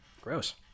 gross